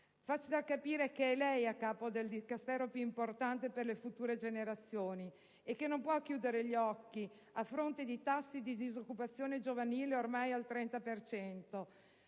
Faccia capire che è lei a capo del Dicastero più importante per le future generazioni e che non può chiudere gli occhi a fronte di tassi di disoccupazione giovanile ormai al 30